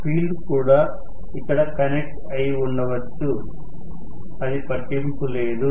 field కూడా ఇక్కడ connect అయి ఉండవచ్చు అది పట్టింపు లేదు